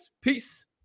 Peace